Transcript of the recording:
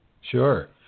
sure